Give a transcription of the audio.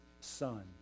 Son